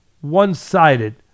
one-sided